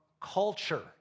culture